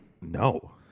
No